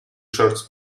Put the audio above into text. shorts